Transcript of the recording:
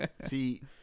See